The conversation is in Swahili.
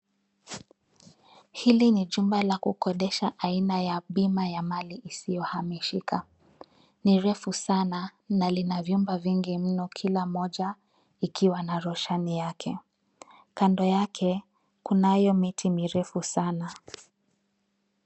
Hili ni jumba la kukodesha aina ya bima ya mali isiyohamishika. Ni refu sana na lina vyumba vingi mno, kila mmoja ikiwa na roshani yake. Kando yake kunayo miti mirefu sana.